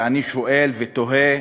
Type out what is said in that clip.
ואני שואל ותוהה: